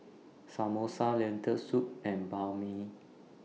Samosa Lentil Soup and Banh MI